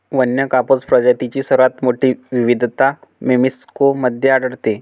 वन्य कापूस प्रजातींची सर्वात मोठी विविधता मेक्सिको मध्ये आढळते